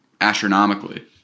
astronomically